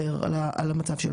אלה עובדים שהם יודעים בוודאות,